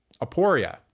aporia